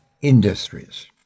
Industries